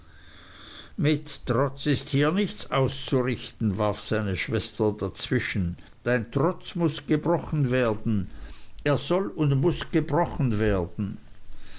mit trotz ist hier nichts auszurichten warf seine schwester dazwischen dein trotz muß gebrochen werden er soll und muß gebrochen werden